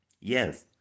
Yes